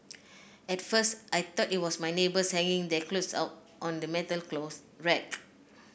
at first I thought it was my neighbours hanging their clothes out on the metal clothes rack